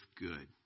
good